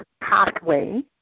pathway